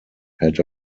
had